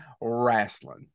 wrestling